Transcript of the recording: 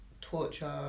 torture